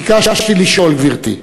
ביקשתי לשאול, גברתי: